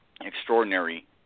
extraordinary